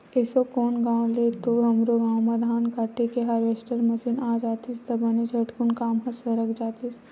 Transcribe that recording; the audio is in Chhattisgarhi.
एसो कोन गाँव ले तो हमरो गाँव म धान काटे के हारवेस्टर मसीन आ जातिस त बने झटकुन काम ह सरक जातिस